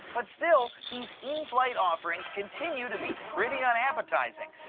but still, these in-flight offerings continue to be pretty unappetizing.